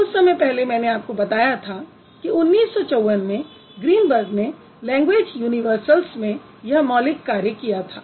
कुछ समय पहले मैंने आपको बताया था कि 1954 में ग्रीनबर्ग ने लेंग्वेज यूनीवर्सल्स में यह मौलिक कार्य किया था